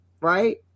right